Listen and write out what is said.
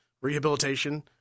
rehabilitation